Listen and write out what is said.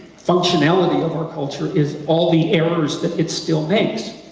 functionality of our culture is all the errors that it still makes.